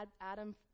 Adam